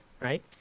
right